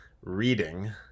reading